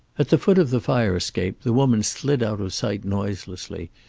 at the foot of the fire-escape the woman slid out of sight noiselessly,